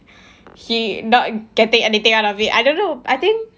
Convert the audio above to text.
he not getting anything out of it I don't know I think